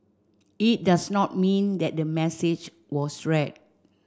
it does not mean that the message was read